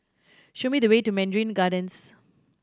show me the way to Mandarin Gardens